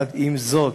עם זאת,